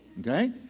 okay